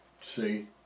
See